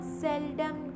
seldom